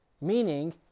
meaning